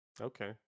Okay